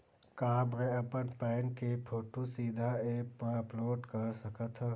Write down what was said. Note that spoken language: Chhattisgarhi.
का मैं अपन पैन के फोटू सीधा ऐप मा अपलोड कर सकथव?